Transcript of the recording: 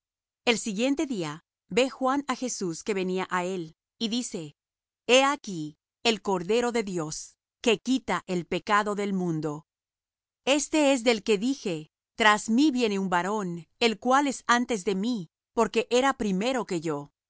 el siguiente día ve juan á jesús que venía á él y dice he aquí el cordero de dios que quita el pecado del mundo este es del que dije tras mí viene un varón el cual es antes de mí porque era primero que yo